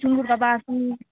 सुँगुरको मासु